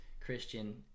Christian